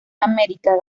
america